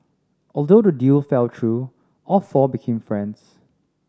although the deal fell through all four become friends